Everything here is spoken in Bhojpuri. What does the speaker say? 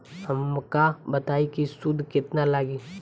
हमका बताई कि सूद केतना लागी?